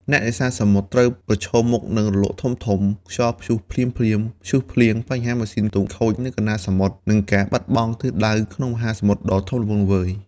អ្នកនេសាទសមុទ្រត្រូវប្រឈមមុខនឹងរលកធំៗ ខ្យល់ព្យុះភ្លាមៗ ព្យុះភ្លៀង បញ្ហាម៉ាស៊ីនទូកខូចនៅកណ្តាលសមុទ្រ និងការបាត់បង់ទិសដៅក្នុងមហាសមុទ្រដ៏ធំល្វឹងល្វើយ។